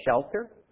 shelter